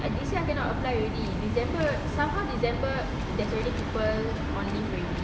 this year cannot applied already december somehow december there's already people on leave already